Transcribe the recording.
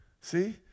See